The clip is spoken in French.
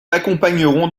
accompagnerons